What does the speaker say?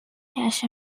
cash